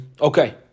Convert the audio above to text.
Okay